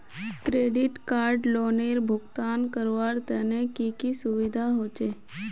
Credit card लोनेर भुगतान करवार तने की की सुविधा होचे??